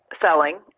selling